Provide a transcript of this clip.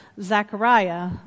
Zechariah